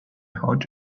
hot